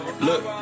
Look